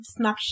Snapchat